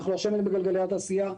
אנחנו השמן בגלגלי התעשייה,